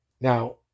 Now